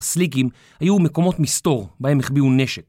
סליגים היו מקומות מסתור, בהם החביאו נשק